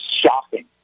shocking